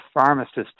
pharmacists